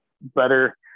better